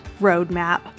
roadmap